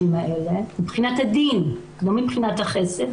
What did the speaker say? האלה מבחינת הדין ולא מבחינת החסד,